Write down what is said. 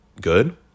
Good